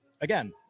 again